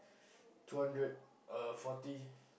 two hundred uh forty